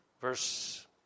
Verse